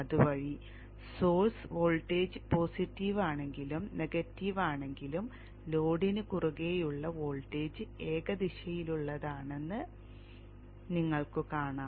അതുവഴി source voltage positive ആണെങ്കിലും negative ആണെങ്കിലും ലോഡിന് കുറുകെയുള്ള വോൾട്ടേജ് ഏകദിശയിലുള്ളതാണെന്ന് നിങ്ങൾക്കു കാണാം